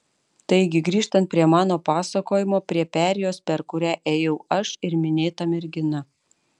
taigi grįžtant prie mano pasakojimo prie perėjos per kurią ėjau aš ir minėta mergina